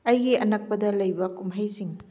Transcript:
ꯑꯩꯒꯤ ꯑꯅꯛꯄꯗ ꯂꯩꯕ ꯀꯨꯝꯍꯩꯁꯤꯡ